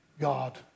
God